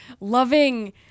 loving